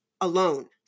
alone